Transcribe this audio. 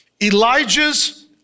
Elijah's